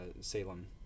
Salem